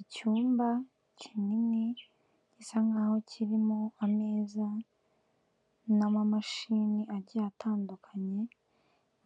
Icyumba kinini gisa nk'aho kirimo ameza n'amamashini agiye atandukanye,